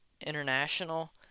international